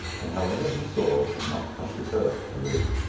and however he soars he must come to earth to live.